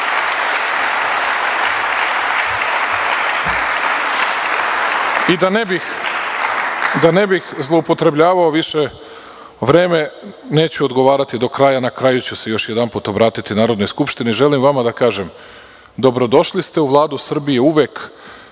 ne bih zloupotrebljavao više vreme, neću odgovarati do kraja, na kraju ću se još jedanput obratiti Narodnoj skupštini, želim vama da kažem – dobrodošli ste u Vladu Srbije uvek,